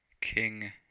king